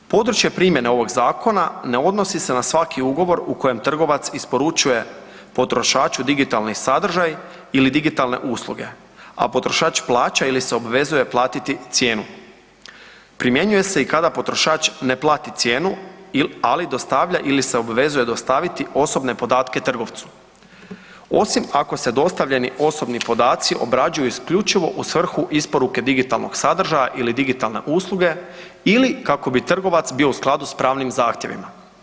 Područje primjene ovog zakona ne odnosi se na svaki ugovor u kojem trgovac isporučuje potrošaču digitalni sadržaj ili digitalne usluge, a potrošač plaća ili se obvezuje platiti cijenu. primjenjuje se i kada potrošač ne plati cijenu, ali dostavlja ili se obvezuje dostavljati osobne podatke trgovcu, osim ako se dostavljeni osobni podaci obrađuju isključivo u svrhu isporuke digitalnog sadržaja ili digitalne usluge ili kako bi trgovac bio u skladu s pravnim zahtjevima.